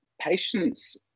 patients